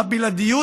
הבלעדיות,